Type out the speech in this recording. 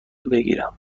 بگیرم